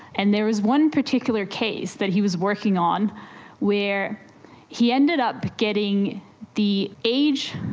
and there was one particular case that he was working on where he ended up getting the age,